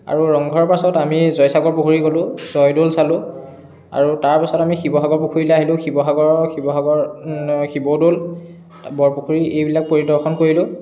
আৰু ৰংঘৰৰ পাছত আমি জয়সাগৰ পুখুৰি গ'লো জয়দ'ল চালো আৰু তাৰপাছত আমি শিৱসাগৰ পুখুৰীলে আহিলো শিৱসাগৰৰ শিৱসাগৰ শিৱদ'ল বৰপুখুৰী এইবিলাক পৰিদৰ্শন কৰিলোঁ